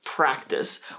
practice